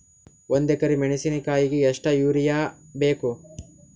ಒಂದ್ ಎಕರಿ ಮೆಣಸಿಕಾಯಿಗಿ ಎಷ್ಟ ಯೂರಿಯಬೇಕು?